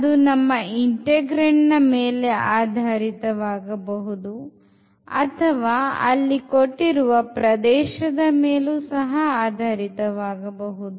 ಅದು ನಮ್ಮ integrand ನ ಮೇಲೆ ಆಧಾರಿತವಾಗಬಹುದು ಅಥವಾ ಅಲ್ಲಿ ಕೊಟ್ಟಿರುವ ಪ್ರದೇಶದ ಮೇಲೂ ಸಹ ಆಧಾರಿತ ವಾಗಬಹುದು